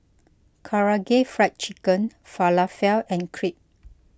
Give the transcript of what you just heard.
Karaage Fried Chicken Falafel and Crepe